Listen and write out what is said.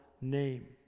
name